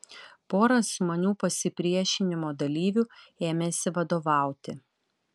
pora sumanių pasipriešinimo dalyvių ėmėsi vadovauti